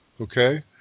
Okay